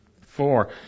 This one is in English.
four